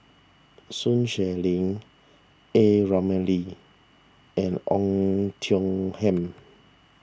Sun Xueling A Ramli and on Tiong Ham